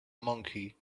monkey